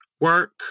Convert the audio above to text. work